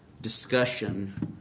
discussion